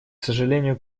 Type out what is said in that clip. сожалению